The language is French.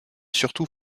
surtout